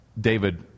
David